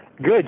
Good